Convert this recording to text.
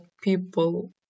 people